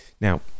Now